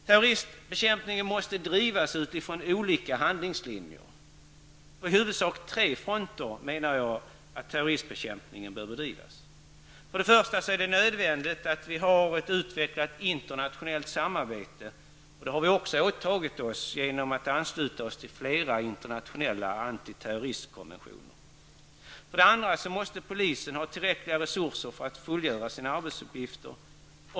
Terroristbekämpningen måste bedrivas utifrån olika handlingslinjer, och jag menar att detta bör ske på i huvudsak tre fronter. För det första är det nödvändigt med ett utvecklat internationellt samarbete, och detta har vi också åtagit oss genom att vi har anslutit oss till flera internationella antiterroristkonventioner. För det andra måste polisen ha tillräckliga resurser för att kunna fullgöra sina arbetsuppgifter.